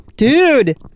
Dude